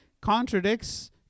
contradicts